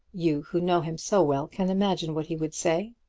you, who know him so well, can imagine what he would say.